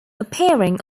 appearing